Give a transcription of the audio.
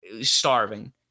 starving